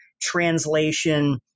translation